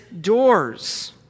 doors